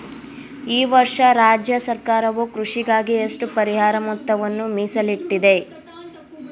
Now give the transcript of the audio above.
ಈ ವರ್ಷ ರಾಜ್ಯ ಸರ್ಕಾರವು ಕೃಷಿಗಾಗಿ ಎಷ್ಟು ಪರಿಹಾರ ಮೊತ್ತವನ್ನು ಮೇಸಲಿಟ್ಟಿದೆ?